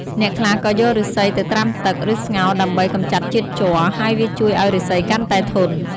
អ្នកខ្លះក៏យកឫស្សីទៅត្រាំទឹក ឬស្ងោរដើម្បីកម្ចាត់ជាតិជ័រ ហើយវាជួយឱ្យឫស្សីកាន់តែធន់ ។